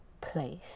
place